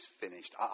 finished